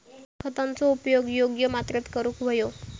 खतांचो उपयोग योग्य मात्रेत करूक व्हयो